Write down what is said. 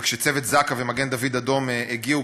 וכשצוות זק"א ומגן-דוד-אדום הגיעו,